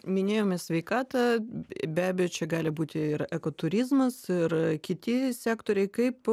minėjome sveikatą be abejo čia gali būti ir eko turizmas ir kiti sektoriai kaip